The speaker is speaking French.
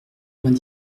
vingt